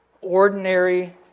ordinary